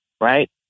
right